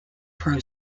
pro